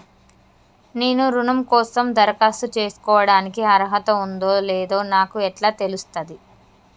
నేను రుణం కోసం దరఖాస్తు చేసుకోవడానికి అర్హత ఉందో లేదో నాకు ఎట్లా తెలుస్తది?